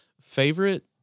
favorite